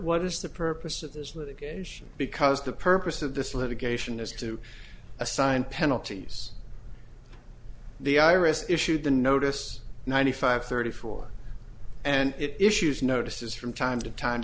what is the purpose of this litigation because the purpose of this litigation is to assign penalties the iris issued the notice ninety five thirty four and issues notices from time to time